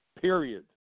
Period